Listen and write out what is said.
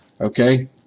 Okay